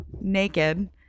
naked